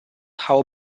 how